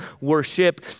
worship